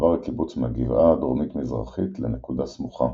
עבר הקיבוץ מהגבעה הדרומית-מזרחית לנקודה סמוכה,